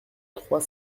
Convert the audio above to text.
trois